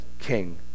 king